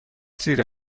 زیر